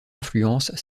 influence